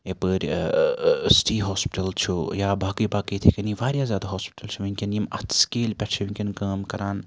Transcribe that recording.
یپٲرۍ city hospital چھُ یا باقٕے باقٕے یِتھے کنی واریاہ زیادٕ ہوسپِٹَل چھِ وٕنکٮ۪ن یِم اتھ سکیل پیٹھ چھِ وٕنکٮ۪ن کٲم کَران